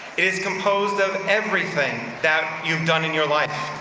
it is composed of everything that you've done in your life.